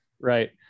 right